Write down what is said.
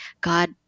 God